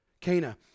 Cana